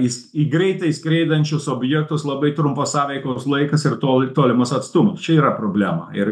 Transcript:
jis į greitai skraidančius objektus labai trumpas sąveikos laikas ir tol tolimas atstumas čia yra problema ir